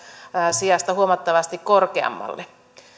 sijasta huomattavasti korkeammalle